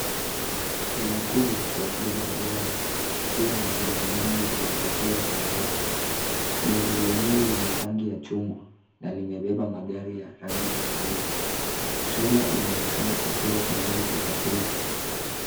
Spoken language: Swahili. Trela kubwa ya kubeba magari ikiwa na magari mengi yaliyopakiwa juu yake. Lori lenyewe lina rangi ya chungwa na limebeba magari ya rangi tofauti. Trela inaonekana ikiwa tayari kusafiri.